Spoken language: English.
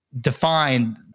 define